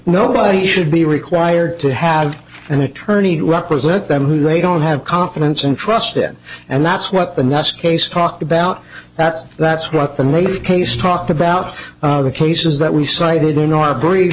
nobody should be required to have an attorney to represent them who they don't have confidence in trust in and that's what the next case talked about that that's what the native case talked about the cases that we cited in our brief